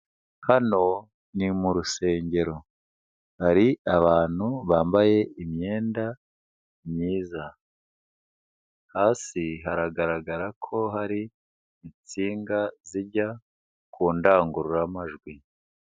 Hano ni mu rusengero, hari abantu bambaye imyenda myiza hasi haragaragara ko hari insinga zijya ku ndangururamajwi.